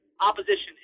opposition